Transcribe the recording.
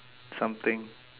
something